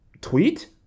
Tweet